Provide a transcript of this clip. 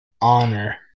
honor